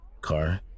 car